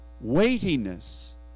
weightiness